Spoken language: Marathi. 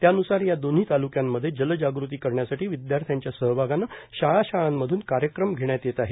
त्यान्सार या दोन्ही तालुक्यांमध्ये जलजागृती करण्यासाठी विद्यार्थ्यांच्या सहभागानं शाळां शाळांमधून कार्यक्रम घेण्यात येत आहे